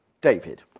David